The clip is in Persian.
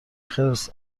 خرس